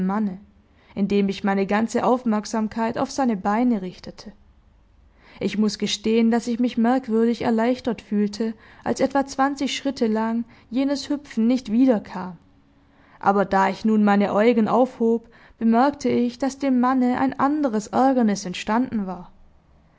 manne indem ich meine ganze aufmerksamkeit auf seine beine richtete ich muß gestehen daß ich mich merkwürdig erleichtert fühlte als etwa zwanzig schritte lang jenes hüpfen nicht wiederkam aber da ich nun meine äugen aufhob bemerkte ich daß dem manne ein anderes ärgernis entstanden war